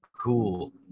cool